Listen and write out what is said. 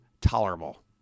tolerable